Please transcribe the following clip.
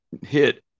hit